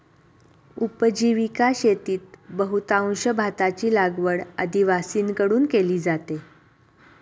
उपजीविका शेतीत बहुतांश भाताची लागवड आदिवासींकडून केली जाते